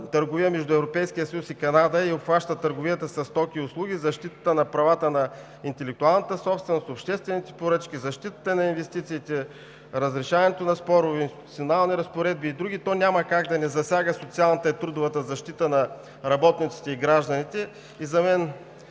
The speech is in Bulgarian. търговия между Европейския съюз и Канада и обхваща търговията със стоки и услуги, защитата на правата на интелектуалната собственост, обществените поръчки, защитата на инвестициите, разрешаването на спорове, институционални разпоредби и други, то няма как да не засяга социалната и трудовата защита на работниците и гражданите.